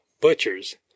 butchers